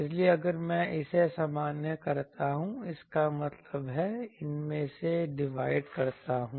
इसलिए अगर मैं इसे सामान्य करता हूं इसका मतलब है मैं इनमें से डिवाइड करता हूं